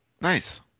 Nice